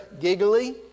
giggly